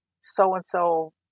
so-and-so